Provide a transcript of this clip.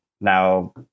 now